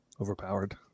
overpowered